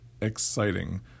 Exciting